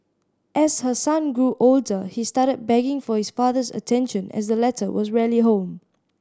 as her son grew older he started begging for his father's attention as the latter was rarely home